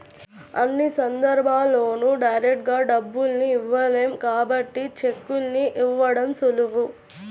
అన్ని సందర్భాల్లోనూ డైరెక్టుగా డబ్బుల్ని ఇవ్వలేం కాబట్టి చెక్కుల్ని ఇవ్వడం సులువు